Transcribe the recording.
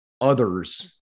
others